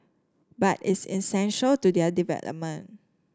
but it's essential to their development